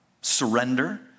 surrender